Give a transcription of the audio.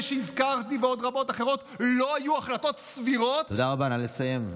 נא לסיים.